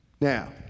Now